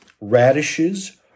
radishes